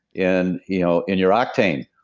in you know in your octane,